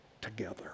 together